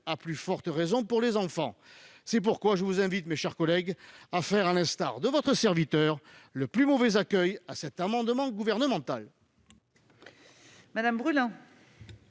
à plus forte raison pour les enfants ... C'est pourquoi je vous invite, mes chers collègues, à faire, à l'instar de votre serviteur, le plus mauvais accueil à cet amendement du Gouvernement.